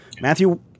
Matthew